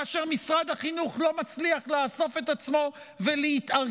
כאשר משרד החינוך לא מצליח לאסוף את עצמו ולהתארגן